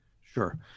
Sure